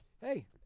Hey